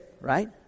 right